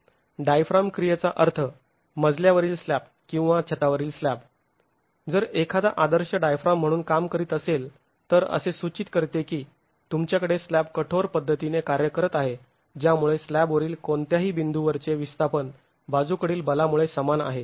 diaphragm क्रियेचा अर्थ मजल्यावरील स्लॅब किंवा छतावरील स्लॅब जर एखादा आदर्श डायफ्राम म्हणून काम करीत असेल तर असे सूचित करते की तुमच्याकडे स्लॅब कठोर पद्धतीने कार्य करत आहे ज्यामुळे स्लॅबवरील कोणत्याही बिंदूवरचे विस्थापन बाजूकडील बलामुळे समान आहे